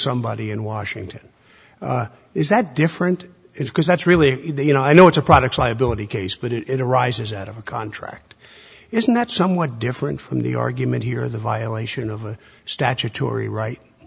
somebody in washington is that different is because that's really you know i know it's a product liability case but it arises out of a contract isn't that somewhat different from the argument here the violation of a statutory right